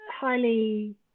highly